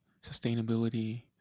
sustainability